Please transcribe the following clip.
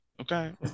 okay